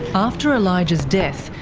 after elijah's death,